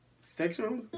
sexual